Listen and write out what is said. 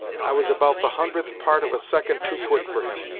i was about the hundredth part of a second too quick for him,